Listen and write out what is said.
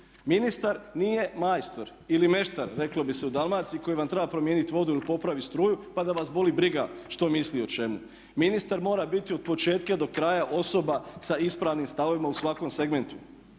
ministar nije majstor ili meštara reklo bi se u Dalmaciji koji vam treba promijeniti vodu ili popraviti struju pa da vas boli briga što misli o čemu. Ministar mora biti od početka do kraja osoba sa ispravnim stavovima u svakom segmentu.